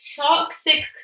toxic